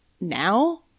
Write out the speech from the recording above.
now